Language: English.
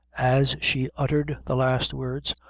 as she uttered the last words,